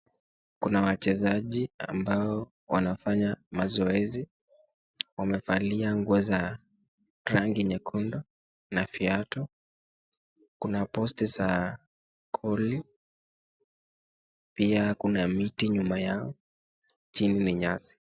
Kuna wachezaji ambao wanafanya mazoezi, wamevalia nguo za rangi nyekundu na viatu, kuna posti za koli pia kuna miti nyuma yao chini ni nyasi.